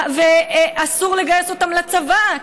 ואסור לגייס אותם לצבא,